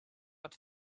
but